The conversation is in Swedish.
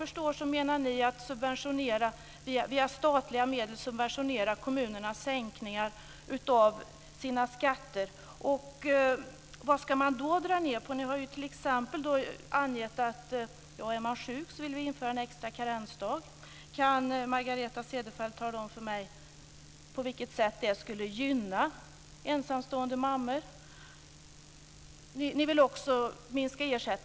Vad som är värt att notera är motion Sk748 som har väckts av vänsterpartisten Per Rosengren. I motionen behandlas de ökade levnadsomkostnader som uppkommer i samband med dubbel bosättning. Många individer får inte jobb på sin bostadsort, och därför söker de arbete på annan ort.